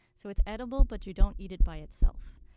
so it's edible, but you don't eat it by itself.